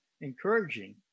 encouraging